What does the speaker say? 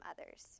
others